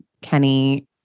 Kenny